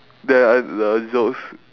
then like those